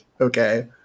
Okay